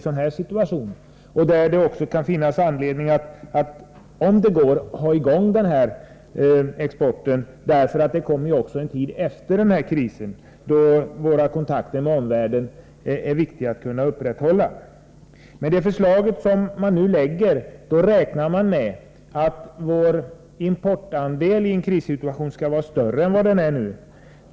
Det kan f. ö. finnas anledning att försöka upprätthålla exporten, för det kommer ju en tid efter krisen då det är viktigt för oss att ha dessa kontakter. I det förslag som föreligger räknar man med att vår importandel i en krissituation skall vara större än vad den är nu.